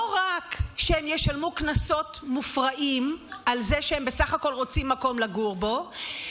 לא רק שהם ישלמו קנסות מופרעים על זה שהם בסך הכול רוצים מקום לגור בו,